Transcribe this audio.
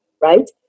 right